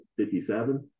57